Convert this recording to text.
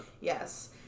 Yes